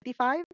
55